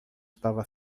estava